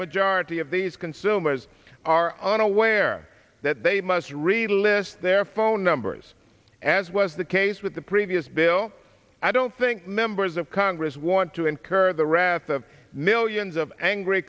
majority of these consumers are unaware that they must really list their phone numbers as was the case with the previous bill i don't think members of congress want to incur the wrath of millions of angry